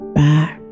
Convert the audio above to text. back